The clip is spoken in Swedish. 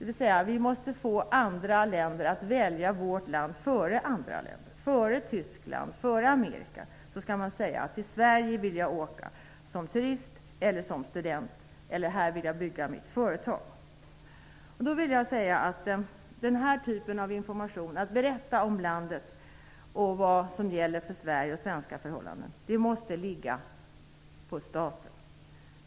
Vi måste få andra länder att välja vårt land före andra länder, före Tyskland och USA, så att man säger sig att det är till Sverige som man vill åka som turist eller som student eller att det är här som man bygga upp sitt företag. Jag menar att uppgiften att lämna denna berättande information om Sverige och om svenska förhållanden måste ligga på staten.